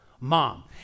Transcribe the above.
Mom